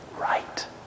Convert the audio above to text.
right